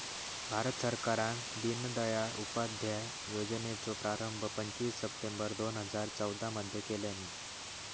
भारत सरकारान दिनदयाल उपाध्याय योजनेचो प्रारंभ पंचवीस सप्टेंबर दोन हजार चौदा मध्ये केल्यानी